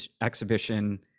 exhibition